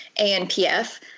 ANPF